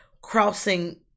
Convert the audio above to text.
crossing